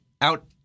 out